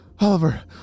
Oliver